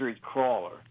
Crawler